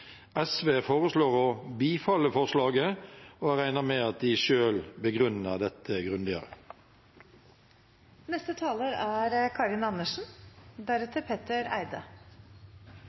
SV foreslår å bifalle forslaget, og jeg regner med at de selv vil begrunne dette